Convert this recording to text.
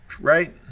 right